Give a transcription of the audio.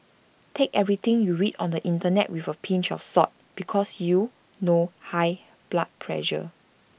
take everything you read on the Internet with A pinch of salt because you know high blood pressure